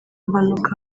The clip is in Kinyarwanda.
mpanuka